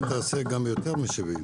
לדעתי אתה תעשה גם יותר מ-70.